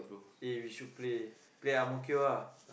eh we should play play at Ang-Mo-Kio ah